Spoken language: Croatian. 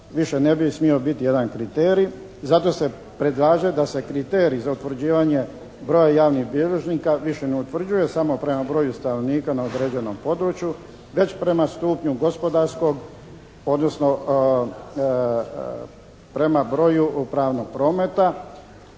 više ne bi smio biti jedan kriterij. Zato se predlaže da se kriterij za utvrđivanje broja javnih bilježnika više ne utvrđuje samo prema broju stanovnika na određenom području već prema stupnju gospodarskog odnosno prema broju pravnog prometa